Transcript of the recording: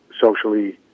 socially